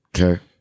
Okay